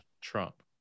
Trump